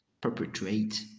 perpetuate